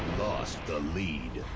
the lead